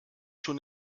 schon